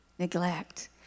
Neglect